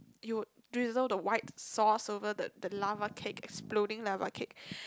you drizzle the white sauce over the the lava cake exploding lava cake